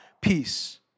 peace